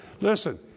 Listen